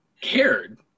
cared